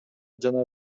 жана